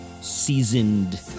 seasoned